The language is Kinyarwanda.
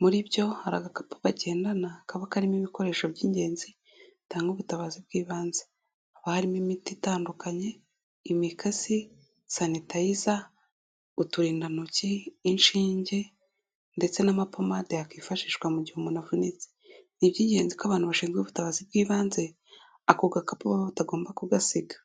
muri byo hari agakapu bagendana kaba karimo ibikoresho by'ingenzi bitanga ubutabazi bw'ibanze, haba harimo imiti itandukanye, imikasi, sanitayiza, uturindantoki, inshinge ndetse n'amapamade yakwifashishwa mu gihe umuntu avunitse, ni iby'ingenzi ko abantu bashinzwe ubutabazi bw'ibanze, ako gakapu batagomba kugasiga.